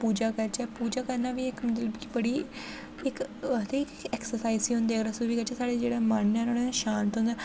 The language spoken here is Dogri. पूजा करचै पूजा करना बी इक मतलब कि बड़ी इक ओह् आखदे कि एक्सरसाइज़ गै होंदी ऐ अगर अस बी करचै साढ़ा जेह्ड़ा मन ऐ नुहाड़े कन्नै शांत होंदा